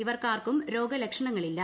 ഇവർക്കാർക്കും രോഗ ലക്ഷണങ്ങളില്ല